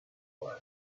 var